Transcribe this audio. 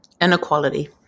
inequality